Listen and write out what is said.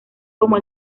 como